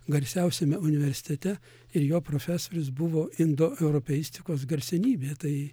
garsiausiame universitete ir jo profesorius buvo indoeuropeistikos garsenybė tai